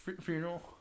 funeral